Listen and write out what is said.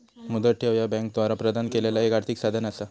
मुदत ठेव ह्या बँकांद्वारा प्रदान केलेला एक आर्थिक साधन असा